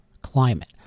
climate